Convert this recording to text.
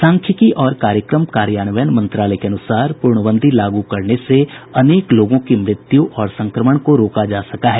सांख्यिकी और कार्यक्रम कार्यान्वयन मंत्रालय के अनुसार पूर्णबंदी लागू करने से अनेक लोगों की मृत्यू और संक्रमण को रोका जा सका है